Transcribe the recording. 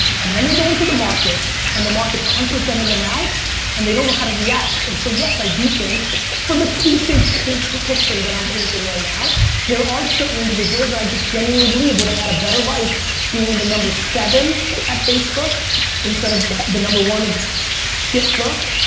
and then they go into the market and the market punches them in the mouth and they don't know how to react and so yes, i do think for the cliched picture that i'm painting right now that there are certain individuals that i just genuinely believe would have had a better life being the number seven at facebook instead of the number one of shitbook.